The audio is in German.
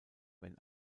wenn